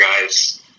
guys